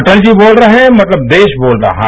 अटल जी बोल रहे है मतलब देश बोल रहा है